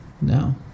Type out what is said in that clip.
No